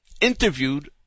interviewed